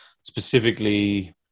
specifically